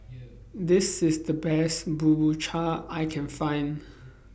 This IS The Best Bubur Cha I Can Find